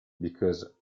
because